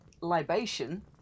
libation